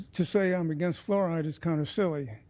to say i'm against fluoride is kind of silly.